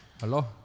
Hello